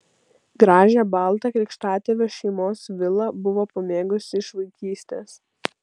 gražią baltą krikštatėvio šeimos vilą buvo pamėgusi iš vaikystės